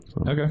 Okay